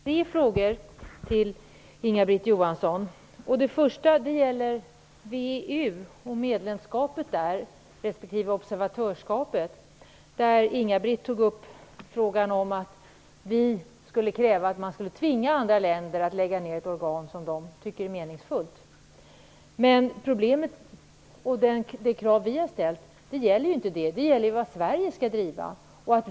Herr talman! Jag har tre frågor till Inga-Britt Johansson. Min första fråga gäller medlemskapet respektive observatörskapet i VEU. Inga-Britt Johansson menade att vi skulle tvinga andra länder att lägga ned ett organ som de tycker är meningsfullt. Men vårt krav gäller inte det. Det krav vi har ställt gäller vad Sverige skall driva.